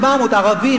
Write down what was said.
400 ערבים,